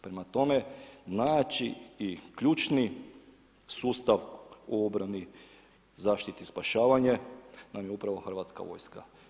Prema tome, najjači i ključni sustav u obrani, zaštiti i spašavanje nam je upravo Hrvatska vojska.